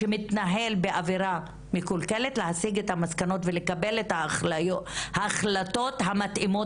שמתנהל באוויר מקולקלת - להסיק את המסקנות ולקבל את ההחלטות המתאימות,